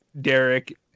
Derek